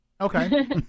Okay